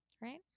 right